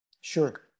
Sure